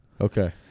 Okay